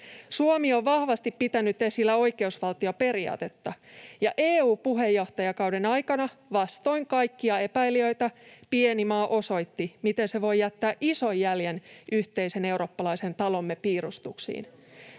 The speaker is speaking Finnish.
Suomi on vahvasti pitänyt esillä oikeusvaltioperiaatetta, ja EU-puheenjohtajakauden aikana, vastoin kaikkia epäilijöitä, pieni maa osoitti, miten se voi jättää ison jäljen yhteisen eurooppalaisen talomme piirustuksiin.